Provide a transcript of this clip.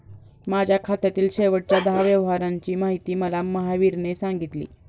माझ्या खात्यातील शेवटच्या दहा व्यवहारांची माहिती मला महावीरने सांगितली